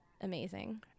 amazing